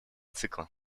цикла